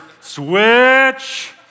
Switch